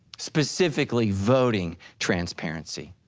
specifically voting transparency.